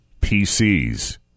PCs